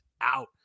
out